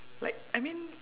like I mean